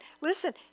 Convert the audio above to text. listen